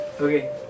Okay